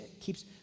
keeps